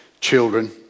children